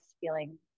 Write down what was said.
feeling